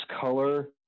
color